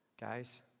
guys